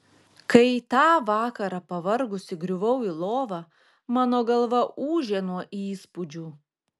kai tą vakarą pavargusi griuvau į lovą mano galva ūžė nuo įspūdžių